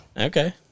Okay